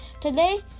Today